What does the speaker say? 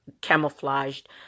camouflaged